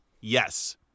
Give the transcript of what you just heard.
Yes